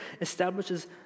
establishes